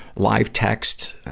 live texts, ah,